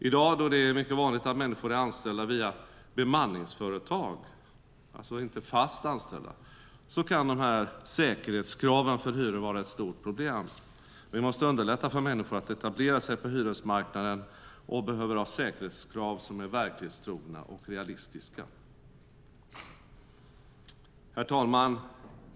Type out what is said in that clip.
I dag då det är mycket vanligt att människor är anställda via bemanningsföretag, alltså inte fast anställda, kan de här säkerhetskraven för hyror vara ett stort problem. Vi måste underlätta för människor att etablera sig på hyresmarknaden och behöver ha säkerhetskrav som är verklighetstrogna och realistiska. Herr talman!